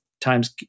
times